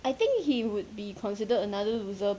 I think he would be considered another looser